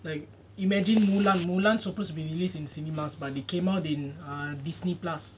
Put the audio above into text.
like imagine mulan mulan suppose to be released in cinemas but they came out in ah disney plus